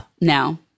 No